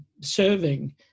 serving